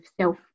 self